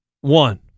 one